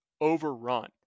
overrun